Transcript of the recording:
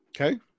Okay